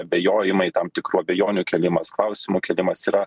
abejojimai tam tikrų abejonių kėlimas klausimų kėlimas yra